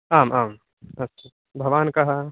आम् आम् अस्तु भवान् कः